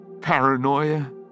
Paranoia